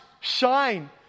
shine